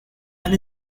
and